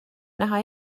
näha